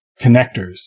connectors